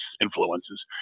influences